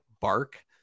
bark